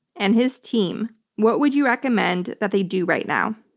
and his team, what would you recommend that they do right now?